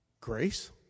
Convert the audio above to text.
Grace